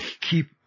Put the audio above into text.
keep